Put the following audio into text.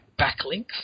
backlinks